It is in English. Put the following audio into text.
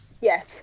Yes